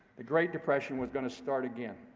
the great depression was going to start again,